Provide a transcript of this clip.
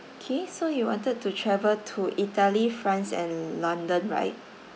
K so you wanted to travel to italy france and london right